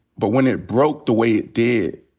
but when it broke the way it did,